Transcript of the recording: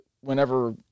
whenever